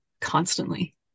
constantly